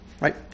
right